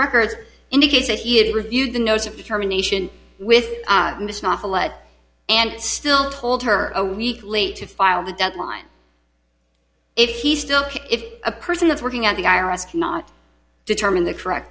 records indicate that he had reviewed the nose of determination with what and still told her a week late to file the deadline if he still if a person that's working at the i r s cannot determine the correct